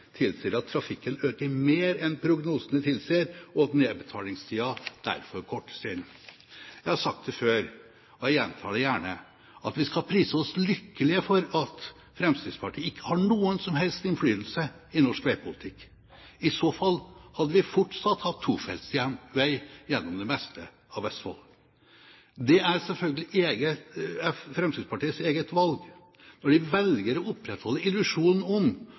tilsier, og at nedbetalingstida derfor kortes inn. Jeg har sagt det før, og jeg gjentar gjerne at vi skal prise oss lykkelige for at Fremskrittspartiet ikke har noen som helst innflytelse i norsk veipolitikk. I så fall hadde vi fortsatt hatt tofeltsvei gjennom det meste av Vestfold. Det er selvfølgelig Fremskrittspartiets eget valg. Når de velger å opprettholde illusjonen om